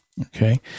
Okay